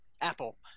Apple